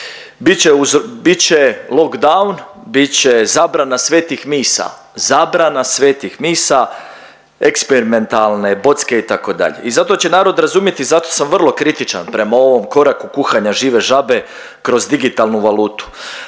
će lockdown, bit će zabrana svetih misa, zabrana svetih misa eksperimentalne bocke itd., i zato će narod razumiti i zato sam vrlo kritičan prema ovom koraku kuhanja žive žabe kroz digitalnu valutu.